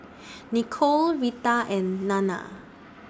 Nikole Retha and Nanna